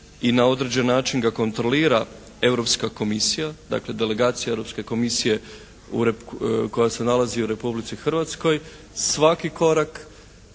i na određen način ga kontrolira europska komisija, dakle delegacija europske komisije koja se nalazi u Republici Hrvatskoj, svaki korak